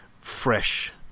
fresh